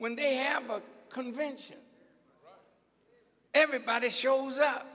when they have a convention everybody shows up